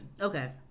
Okay